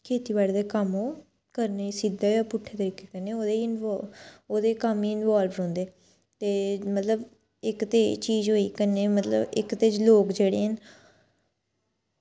खेती बाड़ी दा कम्म ओह् करने ई सिद्धे जां पुट्ठे तरीकै कन्नै ओह्दे कम्म ई इन्वॉल्व रौह्ंडे ते मतलब इक ते एह् चीज होई ते कन्नै मतलब ते लोग जेह्ड़े न